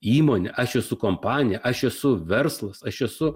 įmonė aš esu kompanija aš esu verslas aš esu